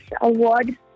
award